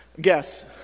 Guess